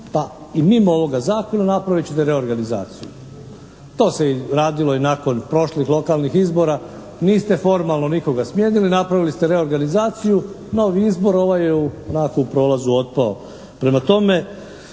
pa i mimo ovoga zakona napravit ćete reorganizaciju. To se radilo i nakon prošlih lokalnih izbora. Niste formalno nikoga smijenili, napravili ste reorganizaciju, novi izbor. Ovaj je onako u prolazu otpao.